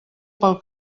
pel